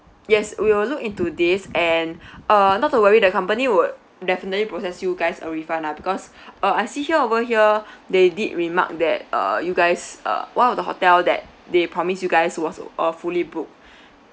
yes we will look into this and uh not to worry the company would definitely process you guys a refund lah because uh I see here over here they did remark that uh you guys uh one of the hotel that they promise you guys was uh fully booked